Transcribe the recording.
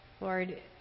Lord